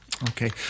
Okay